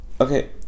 okay